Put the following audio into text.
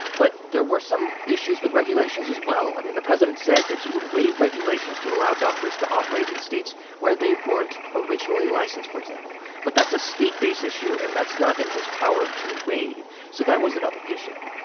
but there were some issues with regulations as well. i mean, the president said that he would waive regulations to allow doctors to operate in states where they weren't originally licensed, for example. but that's a state-based issue, and that's not in his power to waive. so that was another issue.